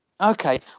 Okay